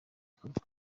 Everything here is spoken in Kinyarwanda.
bikorwa